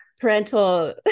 parental